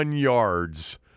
yards